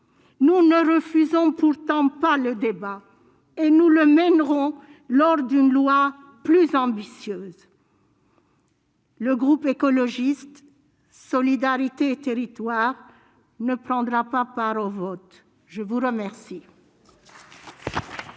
Nous ne refusons pourtant pas le débat, et nous le mènerons lors de l'examen d'une loi plus ambitieuse. Le groupe Écologiste- Solidarité et Territoires ne prendra pas part au vote. La parole